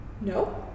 no